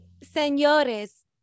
Señores